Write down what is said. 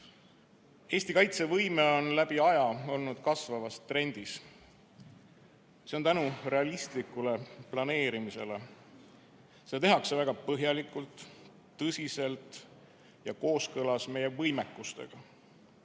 Eesti kaitsevõime on läbi aja olnud kasvavas trendis. See on nii tänu realistlikule planeerimisele. Seda tehakse väga põhjalikult, tõsiselt ja kooskõlas meie võimekustega.